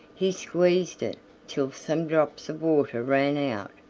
he squeezed it till some drops of water ran out.